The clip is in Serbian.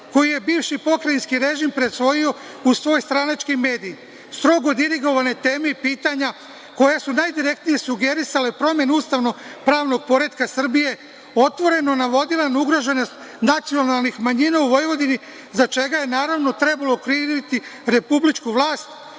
koju je bivši pokrajinski režim prisvojio u svoj stranački medij – strogo dirigovane teme i pitanja koja su najdirektnije sugerisale promenu ustavno-pravnog poretka Srbije, otvoreno navodile na ugroženost nacionalnih manjina u Vojvodini, za čega je, naravno, trebalo okriviti republičku vlast.